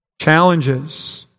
challenges